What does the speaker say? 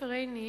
עופר עיני,